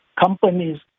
companies